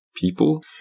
people